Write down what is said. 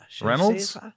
Reynolds